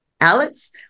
Alex